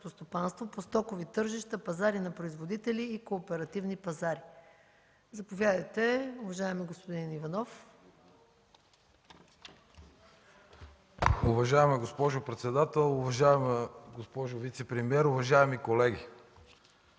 по стокови тържища, пазари на производители и кооперативни пазари. Заповядайте, уважаеми господин Иванов. ВЛАДИМИР ИВАНОВ (ГЕРБ): Уважаема госпожо председател, уважаема госпожо вицепремиер, уважаеми колеги!